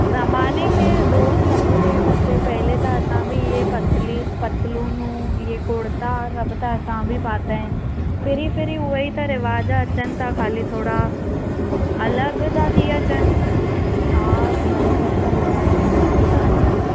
ज़माने खे दोष न थो ॾेई सघिजे पहिले त असां बि इहे पतली पतलूनू इहे कुर्ता सभु त असां बि पाता आहिनि फिरी फिरी उहे ई त रवाज़ अचनि था खाली थोरा अलॻि था थी अचनि हा बराबरि था ॿुधायो मटिजी था अचनि